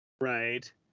Right